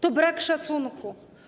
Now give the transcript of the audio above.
To brak szacunku.